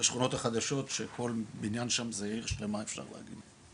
והשכונות החדשות שכל בניין שם זה עיר שלמה אפשר להגיד.